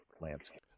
landscape